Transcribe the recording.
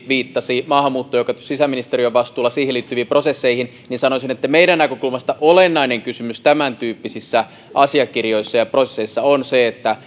viittasi erityisesti maahanmuuttoon joka on sisäministeriön vastuulla ja siihen liittyviin prosesseihin niin sanoisin että meidän näkökulmastamme olennainen kysymys tämäntyyppisissä asiakirjoissa ja prosesseissa on se että